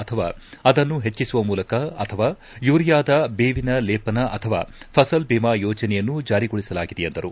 ಅಥವಾ ಅದನ್ನು ಹೆಚ್ಚಿಸುವ ಮೂಲಕ ಅಥವಾ ಯೂರಿಯಾದ ಬೇವಿನ ಲೇಪನ ಅಥವಾ ಫಸಲ್ ಬೀಮಾ ಯೋಜನೆಯನ್ನು ಜಾರಿಗೊಳಿಸಲಾಗಿದೆ ಎಂದರು